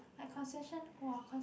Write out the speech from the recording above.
like concession !wah! concession